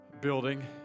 building